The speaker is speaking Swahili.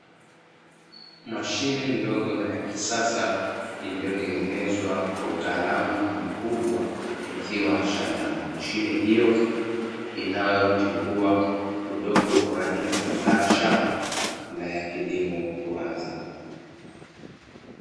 Mashine ndogo na ya kisasa, iliyotengenezwa kwa utaalamu mkubwa ikiwa shambani, mashine hiyo inayotindua udongo kwa ajili ya kuandaa shamba kabla ya kilimo kuanza.